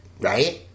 Right